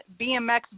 BMX